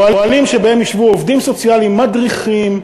אוהלים שבהם ישבו עובדים סוציאליים, מדריכים,